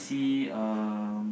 see um